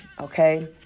Okay